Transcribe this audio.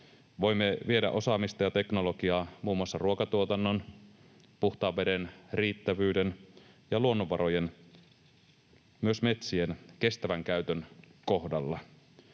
Voimme viedä osaamista ja teknologiaa muun muassa ruokatuotannon, puhtaan veden riittävyyden ja luonnonvarojen, myös metsien, kestävän käytön kohdalla.